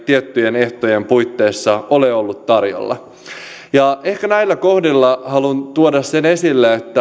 tiettyjen ehtojen puitteissa ole ollut tarjolla näillä kohdilla haluan tuoda ehkä sen esille että